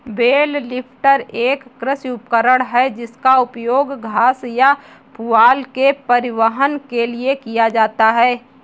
bell lifter एक कृषि उपकरण है जिसका उपयोग घास या पुआल के परिवहन के लिए किया जाता है